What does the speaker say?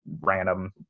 random